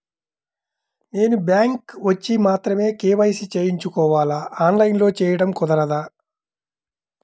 నేను బ్యాంక్ వచ్చి మాత్రమే కే.వై.సి చేయించుకోవాలా? ఆన్లైన్లో చేయటం కుదరదా?